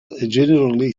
generally